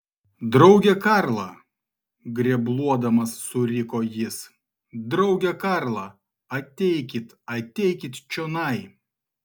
drauge karla grebluodamas suriko jis drauge karla ateikit ateikit čionai